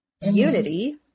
unity